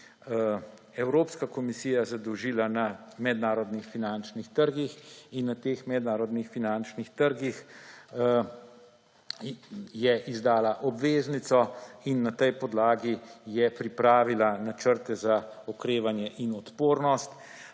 Evropska komisija zadolžila na mednarodnih finančnih trgih in na teh mednarodnih finančnih trgih je izdala obveznico in na tej podlagi je pripravila načrte za okrevanje in odpornost.